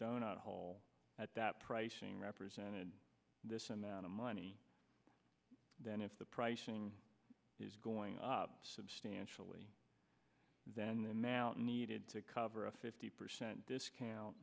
donut hole at that pricing represented this amount of money then if the pricing is going up substantially then the now needed to cover a fifty percent discount